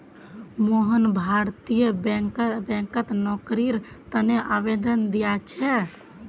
मोहन भारतीय बैंकत नौकरीर तने आवेदन दिया छे